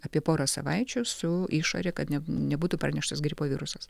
apie porą savaičių su išore kad nebūtų parneštas gripo virusas